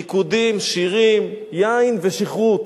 ריקודים, שירים, יין ושכרות.